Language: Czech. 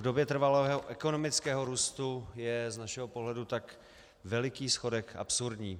V době trvalého ekonomického růstu je z našeho pohledu tak veliký schodek absurdní.